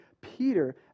Peter